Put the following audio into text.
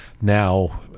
now